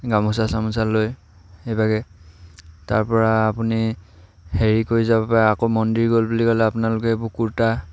গামোচা চামোচা লৈ সেইভাগে তাৰপৰা আপুনি হেৰি কৰি যাব পাৰে আকৌ মন্দিৰ গ'ল বুলি ক'লে আপোনালোকে এইবোৰ কুৰ্তা